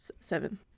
seven